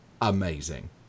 amazing